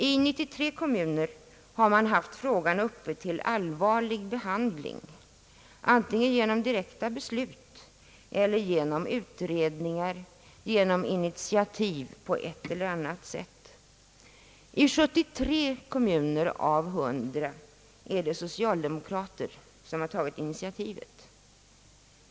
I 93 kommuner har man haft frågan uppe till allvarlig behandling, antingen genom direkta beslut eller genom utredningar, genom initiativ på ett eller annat sätt. I 73 kommuner av 100 är det socialdemokrater, som tagit initiativet.